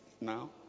now